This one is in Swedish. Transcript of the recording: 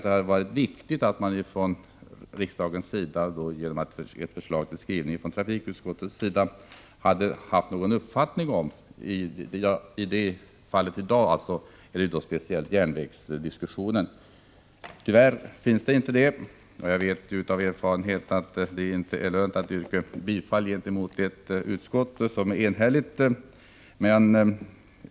Det hade varit viktigt att riksdagen, genom ett förslag till skrivning från trafikutskottet, hade haft någon uppfattning på den punkten; i dag gäller det ju speciellt järnvägen. Tyvärr är det inte så, och jag vet av erfarenhet att det inte är lönt att yrka bifall gentemot ett enhälligt utskott.